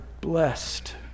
blessed